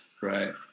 Right